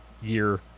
year